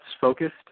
focused